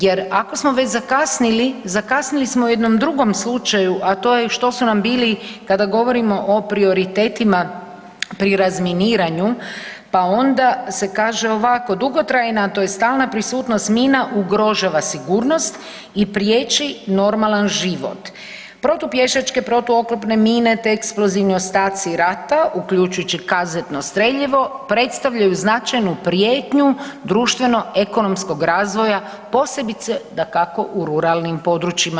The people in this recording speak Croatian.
Jer ako smo već zakasnili zakasnili smo u jednom drugom slučaju, a to je što su nam bili kada govorimo o prioritetima pri razminiranju pa onda se kaže ovako dugotrajna tj. stalna prisutnost mina ugrožava sigurnost i priječi normalan život, protupješačke, protuoklopne mine te eksplozivni ostaci rata uključujući kazetno streljivo predstavljaju značajnu prijetnju društveno ekonomskog razvoja posebice dakako u ruralnim područjima.